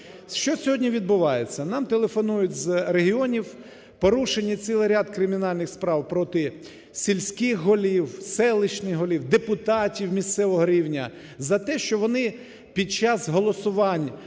Що сьогодні відбувається? Нам телефонують з регіонів: порушено цілий ряд кримінальних справ проти сільських голів, селищних голів, депутатів місцевого рівня за те, що вони під час голосувань,